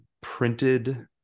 printed